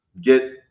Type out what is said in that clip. get